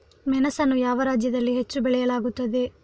ಮೆಣಸನ್ನು ಯಾವ ರಾಜ್ಯದಲ್ಲಿ ಹೆಚ್ಚು ಬೆಳೆಯಲಾಗುತ್ತದೆ?